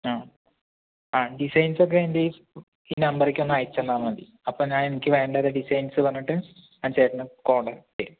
ആ ആ ഡിസൈൻസൊക്കെ എന്റെ ഈ നമ്പറിലേക്ക് ഒന്ന് അയച്ച് തന്നാൽമതി അപ്പോൾ ഞാൻ എനിക്ക് വേണ്ട ഏത് ഡിസൈൻസ് പറഞ്ഞിട്ട് ഞാൻ ചേട്ടനെ കോൺടാക്ട് ചെയ്യാം